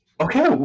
Okay